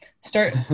start